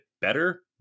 better